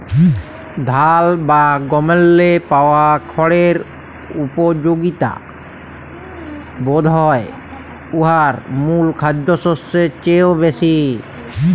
ধাল বা গমেল্লে পাওয়া খড়ের উপযগিতা বধহয় উয়ার মূল খাদ্যশস্যের চাঁয়েও বেশি